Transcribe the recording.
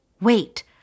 Wait